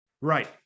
Right